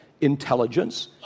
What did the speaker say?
intelligence